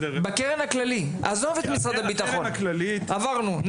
בקרן הכללית, עזוב את משרד הביטחון, עברנו.